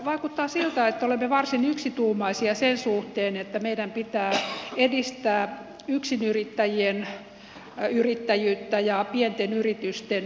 vaikuttaa siltä että olemme varsin yksituumaisia sen suhteen että meidän pitää edistää yksinyrittäjien yrittäjyyttä ja pienten yritysten selviytymistä